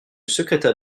secrétaire